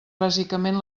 bàsicament